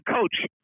Coach